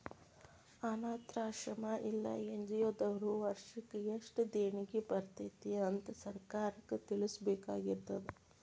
ಅನ್ನಾಥಾಶ್ರಮ್ಮಾ ಇಲ್ಲಾ ಎನ್.ಜಿ.ಒ ದವ್ರು ವರ್ಷಕ್ ಯೆಸ್ಟ್ ದೇಣಿಗಿ ಬರ್ತೇತಿ ಅಂತ್ ಸರ್ಕಾರಕ್ಕ್ ತಿಳ್ಸಬೇಕಾಗಿರ್ತದ